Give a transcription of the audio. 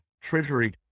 treasury